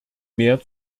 mehr